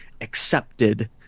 accepted